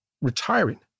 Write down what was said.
retiring